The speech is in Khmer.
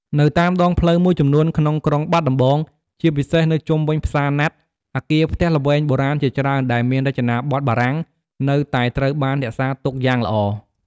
នៅតាមដងផ្លូវមួយចំនួនក្នុងក្រុងបាត់ដំបង ជាពិសេសនៅជុំវិញផ្សារណាត់ អគារផ្ទះល្វែងបុរាណជាច្រើនដែលមានរចនាបថបារាំងនៅតែត្រូវបានរក្សាទុកយ៉ាងល្អ។